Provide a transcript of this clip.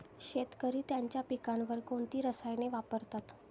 शेतकरी त्यांच्या पिकांवर कोणती रसायने वापरतात?